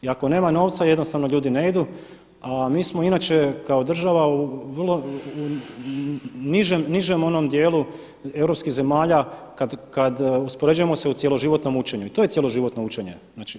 I ako nema novca ljudi jednostavno ne idu, a mi smo inače kao država u vrlo, u nižem onom dijelu europskih zemalja kada uspoređujemo se u cjeloživotnom učenju i to je cjeloživotno učenje.